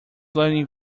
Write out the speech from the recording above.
learning